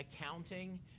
accounting